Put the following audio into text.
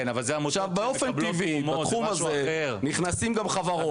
עכשיו, באופן טבעי בתחום הזה נכנסים גם חברות.